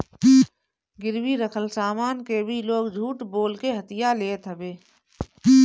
गिरवी रखल सामान के भी लोग झूठ बोल के हथिया लेत हवे